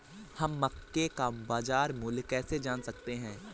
हम मक्के का बाजार मूल्य कैसे जान सकते हैं?